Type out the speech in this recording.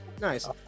Nice